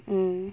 mm